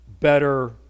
better